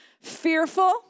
fearful